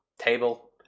table